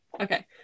okay